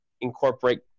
incorporate